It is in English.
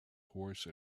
horse